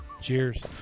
Cheers